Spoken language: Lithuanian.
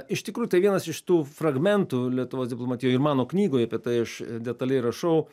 iš tikrųjų tai vienas iš tų fragmentų lietuvos diplomatijoj ir mano knygoj apie tai aš detaliai rašau